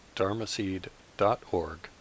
dharmaseed.org